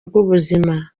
rw’ubuzima